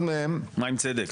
מה עם צדק?